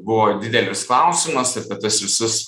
buvo didelis klausimas apie tuos visus